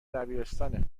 دبیرستانه